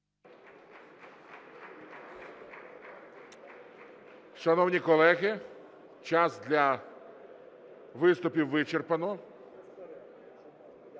Шановні колеги, час для виступів вичерпано.